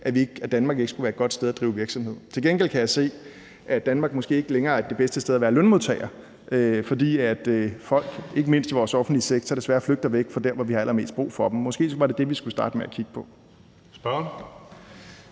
at Danmark ikke skulle være et godt sted at drive virksomhed. Til gengæld kan jeg se, at Danmark måske ikke længere er det bedste sted at være lønmodtager, fordi folk, ikke mindst i vores offentlige sektor, desværre flygter væk fra der, hvor vi har allermest brug for dem. Måske var det det, vi skulle starte med at kigge på.